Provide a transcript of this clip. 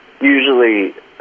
usually